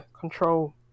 control